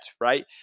right